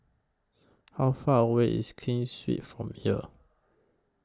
How Far away IS Keen Sui from here